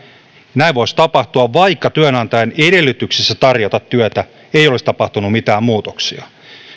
näin voisi tapahtua vaikka työnantajan edellytyksissä tarjota työtä ei olisi tapahtunut mitään muutoksia